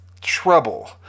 trouble